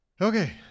Okay